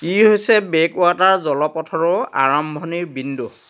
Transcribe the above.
ই হৈছে বেকৱাটাৰ জলপথৰো আৰম্ভণি বিন্দু